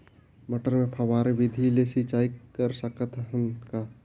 मटर मे फव्वारा विधि ले सिंचाई कर सकत हन का?